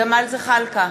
ג'מאל זחאלקה,